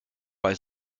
bei